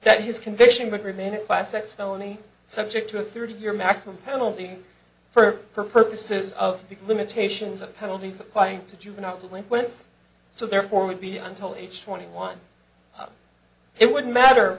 that his conviction would remain a class x felony subject to a thirty year maximum penalty for purposes of the limitations of penalties applying to juvenile delinquents so therefore would be until age twenty one it wouldn't matter